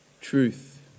truth